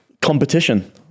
competition